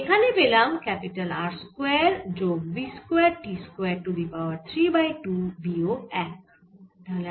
তাহলে এখানে পেলাম R স্কয়ার যোগ v square t square to the power 3 by 2 বিয়োগ 1